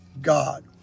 God